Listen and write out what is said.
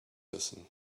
person